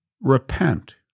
Repent